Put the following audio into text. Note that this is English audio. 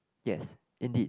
yes indeed